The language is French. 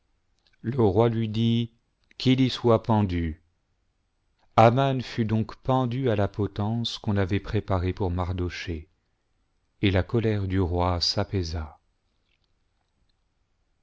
le roi lui dit qu'il y soit pendu amen fut donc pendu à la potence qu'il avait préparée pour mardochée et la colère du roi s'apaisa